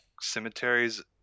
cemeteries